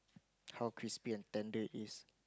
how crispy and tender it is